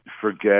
forget